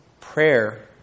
prayer